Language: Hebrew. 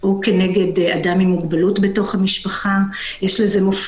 גם יכול להחריף את הסכסוך המורכב הזה ממילא